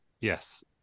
Yes